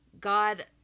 God